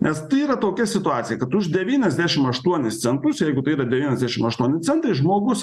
nes tai yra tokia situacija kad už devyniasdešim aštuonis centus jeigu tai yra devyniasdešim aštuoni centai žmogus